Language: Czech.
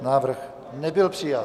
Návrh nebyl přijat.